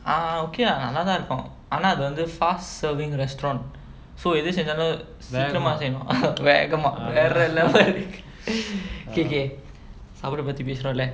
ah okay lah நல்லாதா இருக்கும் ஆனா அது வந்து:nallathaa irukkum aanaa athu vanthu fast serving restaurant so எது செஞ்சாலும் சீக்ரமா செய்யனும்:ethu senjaalum seekramaa seiyanum வேகமா வேற:vegamaa vera level okay okay சாப்பாடு பத்தி பேசுரோல:saappaadu patthi pesurola